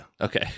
okay